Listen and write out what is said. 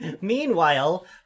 Meanwhile